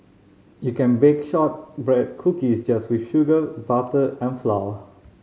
you can bake shortbread cookies just with sugar butter and flour